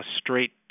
straight